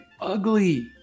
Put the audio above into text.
ugly